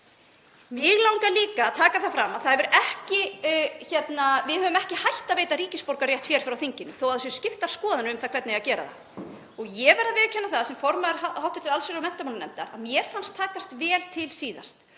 Mig langar líka að taka fram að við höfum ekki hætt að veita ríkisborgararétt hér frá þinginu þó að skiptar skoðanir séu um það hvernig eigi að gera það. Ég verð að viðurkenna það sem formaður hv. allsherjar- og menntamálanefndar að mér fannst takast vel til síðast